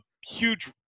huge